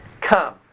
Come